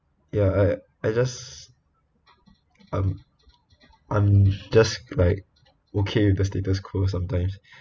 ya I I just um I'm just like okay with the status quo sometimes